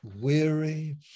weary